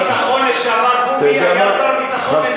שר הביטחון בוגי היה שר ביטחון מצוין,